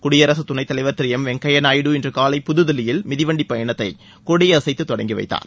குடியரசுத் துணைத் தலைவர் திரு எம் வெங்கையா நாயுடு இன்று காலை புது தில்லியில் மிதிவண்டி பயணத்தை கொடி அசைத்து தொடங்கி வைத்தார்